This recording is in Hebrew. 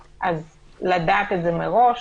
לדעת את זה מראש,